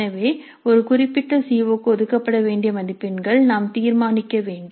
எனவே ஒரு குறிப்பிட்ட சிஓ க்கு ஒதுக்கப்பட வேண்டிய மதிப்பெண்கள் நாம் தீர்மானிக்க வேண்டும்